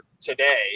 today